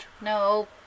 No